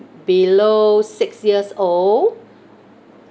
below six years old